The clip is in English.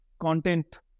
content